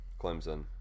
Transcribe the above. Clemson